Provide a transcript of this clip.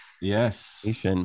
Yes